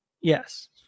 yes